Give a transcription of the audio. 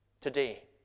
today